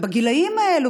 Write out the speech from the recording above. בגילים האלה,